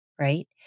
right